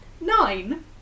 Nine